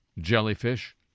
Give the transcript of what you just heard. Jellyfish